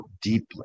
deeply